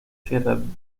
sierras